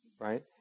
Right